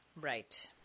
Right